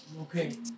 okay